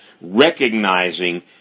recognizing